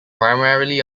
primarily